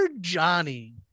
Johnny